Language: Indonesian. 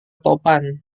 topan